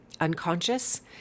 unconscious